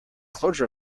closure